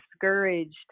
discouraged